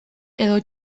edo